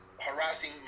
harassing